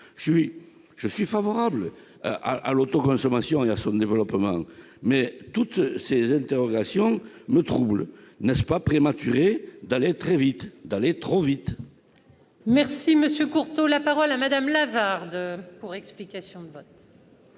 Je suis favorable à l'autoconsommation et à son développement, mais toutes ces interrogations me troublent. N'est-ce pas prématuré d'aller très vite ... trop vite ? Très bien ! La parole est à Mme Christine Lavarde, pour explication de vote.